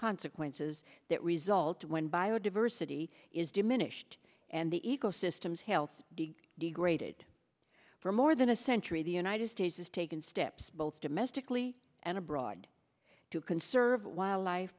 consequences that result when bio diversity is diminished and the ecosystems health dig degraded for more than a century the united states has taken steps both domestically and abroad to conserve wildlife